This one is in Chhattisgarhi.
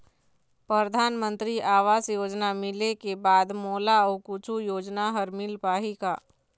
परधानमंतरी आवास योजना मिले के बाद मोला अऊ कुछू योजना हर मिल पाही का?